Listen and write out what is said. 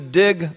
dig